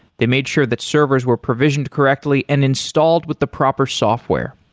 they made sure that servers were provisioned correctly and installed with the proper software.